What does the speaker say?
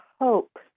hope